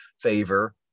favor